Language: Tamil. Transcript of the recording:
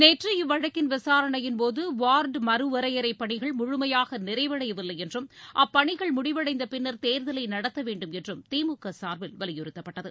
நேற்று இவ்வழக்கின் இவிசாரணையின்போது வார்டு மறுவரையறை பணிகள் முழுமையாக நிறைவடையவில்லை என்றும் அப்பனிகள் முடிவடைந்த பின்னர் தேர்தலை நடத்தவேண்டும் என்றும் திமுக சார்பில் வலியுறுத்தப்பட்டது